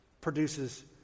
produces